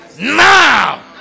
now